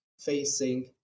facing